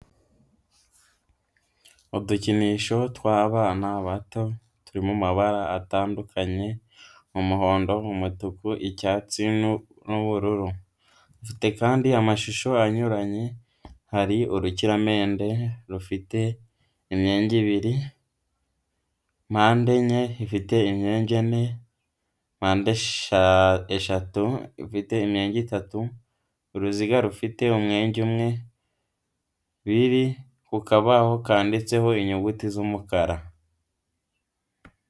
Udukinisho tw'abana bato turi mu mabara atandukanye umuhondo, umutuku, icyatsi, n'ubururu dufite kandi amashusho anyuranye hari urukiramende rufite imyenge ibiri, mpandenye ifite imyenge ine, mpandeshatu ifite imyenge itatu, uruziga rufite umwenge umwe, biri ku kabaho kanditseho inyuguti z'umukara.